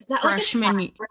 freshman